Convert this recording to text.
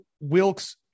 Wilkes